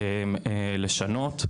לשנות.